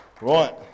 Right